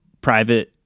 private